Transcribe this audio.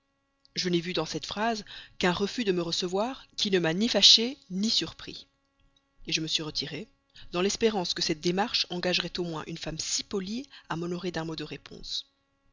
je n'ai vu dans cette phrase qu'un refus de me recevoir qui ne m'a ni fâché ni surpris je me suis retiré dans l'espérance que cette démarche de ma part engagerait au moins une femme si polie à m'honorer d'un mot de réponse